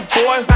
boy